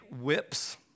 whips